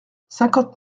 cinquante